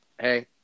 hey